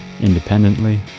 independently